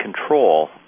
control